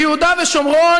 ביהודה ושומרון,